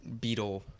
beetle